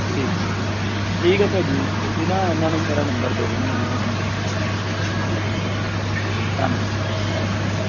ਠੀਕ ਠੀਕ ਹੈ ਭਾਅ ਜੀ ਤੁਸੀਂ ਨਾ ਉਹਨਾਂ ਨੂੰ ਮੇਰਾ ਨੰਬਰ ਦੇ ਦੇਣਾ ਮੈਂ ਉਹਨਾਂ ਦਾ ਕੰਟੈਕਟ ਕਰ ਲਾਂਗਾ ਠੀਕ ਹੈ ਜੀ ਠੀਕ ਹੈ ਜੀ ਧੰਨਵਾਦ ਧੰਨਵਾਦ ਜੀ